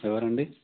ఎవరండి